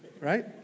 right